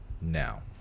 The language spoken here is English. now